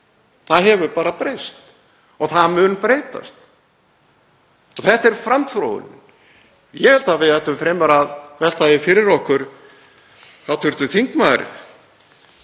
Það hefur bara breyst og það mun breytast og þetta er framþróun. Ég held að við ættum fremur að velta því fyrir okkur: Er ekki einhver